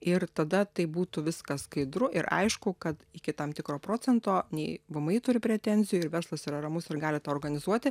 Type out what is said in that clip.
ir tada tai būtų viskas skaidru ir aišku kad iki tam tikro procento nei vmi turi pretenzijų ir verslas yra ramus ir gali tą organizuoti